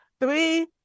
three